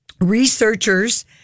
Researchers